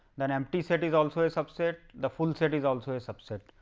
then empty set is also a subset, the full set is also a subset.